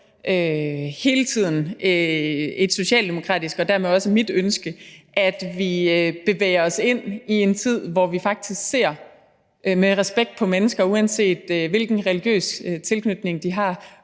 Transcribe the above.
hele tiden et socialdemokratisk ønske og dermed også mit ønske, at vi bevæger os ind i en tid, hvor vi faktisk ser med respekt på mennesker, uanset hvilken religiøs tilknytning de har,